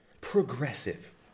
progressive